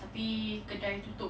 tapi kedai tutup